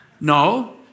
No